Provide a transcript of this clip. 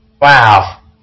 Wow